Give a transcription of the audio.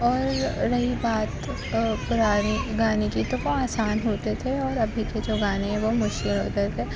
اور رہی بات پرانے گانے کی تو وہ آسان ہوتے تھے اور ابھی کے جو گانے ہیں وہ مشکل ہوتے تھے